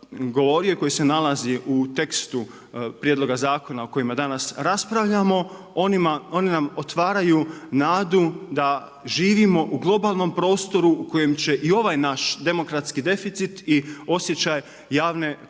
koji se nalazi u tekstu prijedloga zakona o kojima danas raspravljamo oni nam otvaraju nadu da živimo u globalnom prostoru u kojim će i ovaj naš demokratski deficit i osjećaj javne korupcije